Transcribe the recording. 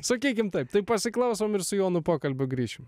sakykime taip taip pasiklausome ir su jonu pokalbio grįšime